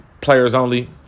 Players-only